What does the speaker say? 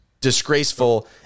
disgraceful